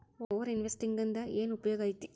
over investing ಇಂದ ಏನ್ ಉಪಯೋಗ ಐತಿ